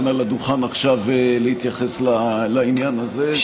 הדוכן כאן עכשיו ולהתייחס לעניין הזה.